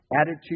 attitude